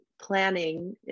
planning